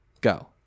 go